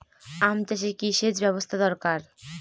আম চাষে কি সেচ ব্যবস্থা দরকার?